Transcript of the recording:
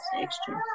extra